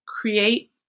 create